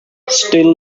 still